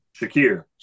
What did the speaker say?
Shakir